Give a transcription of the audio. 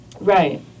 right